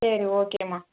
சரி ஓகேம்மா